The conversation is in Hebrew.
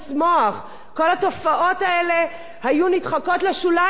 כל התופעות האלה היו נדחקות לשוליים אלמלא העבודה,